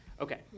Okay